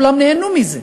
כולם נהנו מזה,